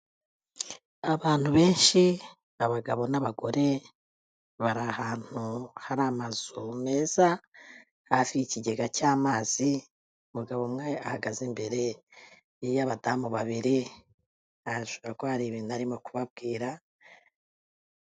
Abantu benshi, abagabo n'abagore bari ahantu hari amazu meza hafi y'ikigega cy'amazi, umugabo umwe ahagaze imbere y'abadamu babiri ashobora kuba hari ibintu arimo kubabwira.